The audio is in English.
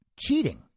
cheating